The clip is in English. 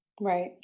Right